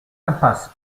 impasse